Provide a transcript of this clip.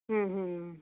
ਹੂੰ